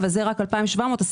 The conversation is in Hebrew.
אבל כאן מדובר רק ב-2,700 תלמידים.